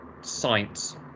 science